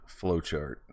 flowchart